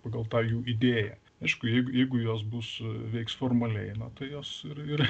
pagal tą jų idėją aišku jei jeigu jos bus veiks formaliai na tai jos ir ir